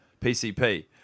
PCP